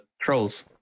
Trolls